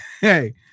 Hey